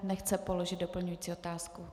Nechce položit doplňující otázku.